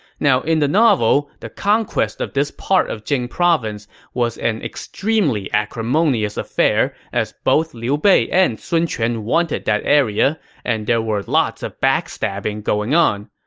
now, in the novel, the conquest of this part of jing province was an extremely acrimonious affair as both liu bei and sun quan wanted that area and there were lots of backstabbing going on,